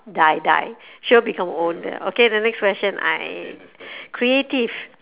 die die sure become old okay the next question I creative